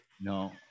No